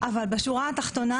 אבל בשורה התחתונה